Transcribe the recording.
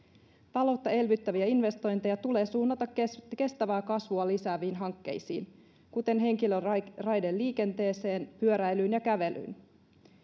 taloutta elvyttäviä investointeja tulee suunnata kestävää kestävää kasvua lisääviin hankkeisiin kuten henkilöraideliikenteeseen pyöräilyyn ja kävelyyn